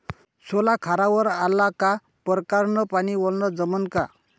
सोला खारावर आला का परकारं न पानी वलनं जमन का?